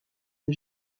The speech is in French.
des